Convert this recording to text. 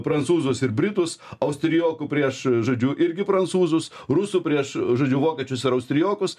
prancūzus ir britus austrijokų prieš žodžiu irgi prancūzus rusų prieš žodžiu vokiečius ar austrijokus